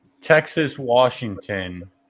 Texas-Washington